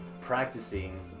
practicing